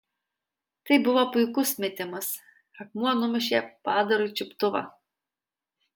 tai buvo puikus metimas akmuo numušė padarui čiuptuvą